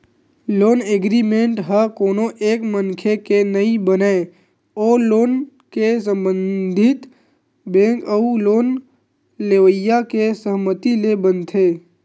loan agreement ह कोनो एक मनखे के नइ बनय ओ लोन ले संबंधित बेंक अउ लोन लेवइया के सहमति ले बनथे